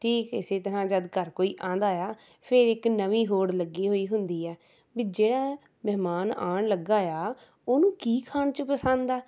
ਠੀਕ ਇਸ ਤਰ੍ਹਾਂ ਜਦ ਘਰ ਕੋਈ ਆਉਂਦਾ ਆ ਫਿਰ ਇੱਕ ਨਵੀਂ ਹੋੜ ਲੱਗੀ ਹੋਈ ਹੁੰਦੀ ਆ ਵੀ ਜਿਹੜਾ ਮਹਿਮਾਨ ਆਉਣ ਲੱਗਾ ਆ ਉਹਨੂੰ ਕੀ ਖਾਣ 'ਚ ਪਸੰਦ ਆ